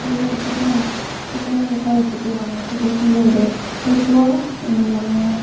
এই চিকেন চিকেনৰ এটা ৰেচিপি বনাইছিলোঁ তিলেৰে সেইটো মানে